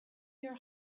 your